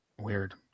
Weird